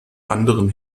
anderen